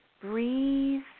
breathe